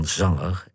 zanger